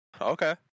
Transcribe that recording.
Okay